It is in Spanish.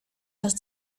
los